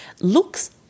looks